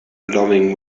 loving